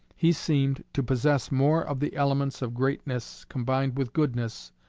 he seemed to possess more of the elements of greatness, combined with goodness,